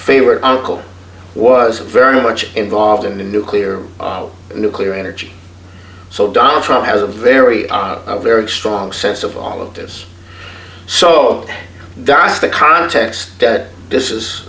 favorite uncle was very much involved in the nuclear of nuclear energy so donald trump has a very very strong sense of all of this so there is the context that this is